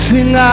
Sing